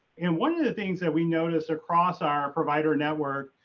and one of the things that we noticed across our provider network.